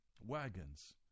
wagons